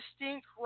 distinct